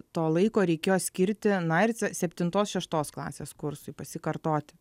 to laiko reikėjo skirti na ir se septintos šeštos klasės kursui pasikartoti